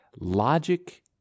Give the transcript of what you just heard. logic